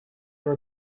were